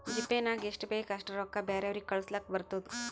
GPay ನಾಗ್ ಎಷ್ಟ ಬೇಕ್ ಅಷ್ಟ ರೊಕ್ಕಾ ಬ್ಯಾರೆವ್ರಿಗ್ ಕಳುಸ್ಲಾಕ್ ಬರ್ತುದ್